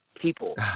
people